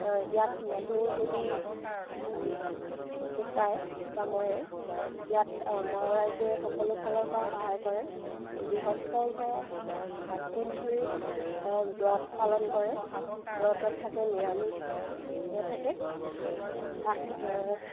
ইয়াত মানুহ যদি ঢুকায় বা মৰে ইয়াত গাঁৱৰ ৰাইজে সকলো ফালৰপৰা সহায় কৰে গৃহস্থ ঘৰৰ সাত দিন ধৰি ব্ৰত পালন কৰে ব্ৰতত থাকে নিৰামিষভাৱে থাকে